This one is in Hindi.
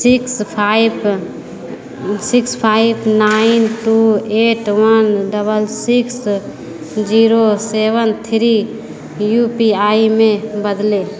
six five six five nine two eight one double six zero seven three U P I में बदलें